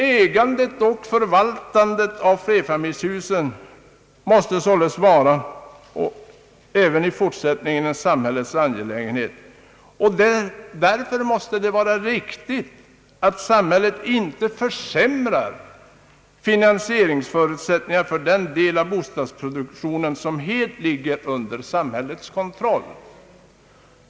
Ägandet och förvaltningen av flerfamiljshusen måste även i framtiden vara en samhällets angelägenhet. Det är därför viktigt att man inte försämrar finansieringsförutsättningarna för den del av bostadsproduktionen som helt ligger under samhällets kontroll.